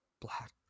Black